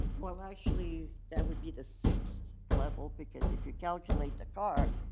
well actually that would be the sixth level, because if you calculate the car,